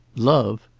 love?